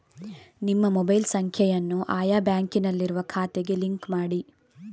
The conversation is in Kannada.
ನಿಮ್ಮ ಮೊಬೈಲ್ ಸಂಖ್ಯೆಯನ್ನು ಆಯಾ ಬ್ಯಾಂಕಿನಲ್ಲಿರುವ ಖಾತೆಗೆ ಲಿಂಕ್ ಮಾಡಿ